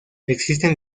existen